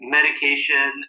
Medication